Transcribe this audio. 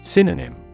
Synonym